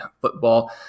football